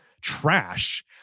Trash